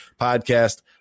podcast